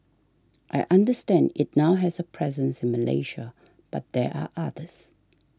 I understand it now has a presence in Malaysia but there are others